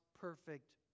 perfect